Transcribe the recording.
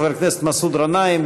חבר הכנסת מסעוד גנאים,